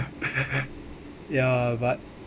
ya but